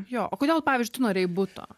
jo kodėl pavyzdžiui tu norėjai buto